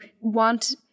want